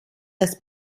als